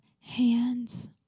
hands